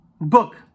book